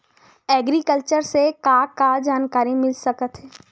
Agriculture से का का जानकारी मिल सकत हे?